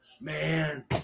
man